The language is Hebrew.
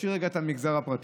נשאיר רגע את המגזר הפרטי.